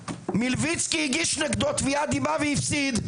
מלביצקי הגיש נגדו תביעת דיבה והפסיד,